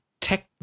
tech